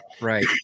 Right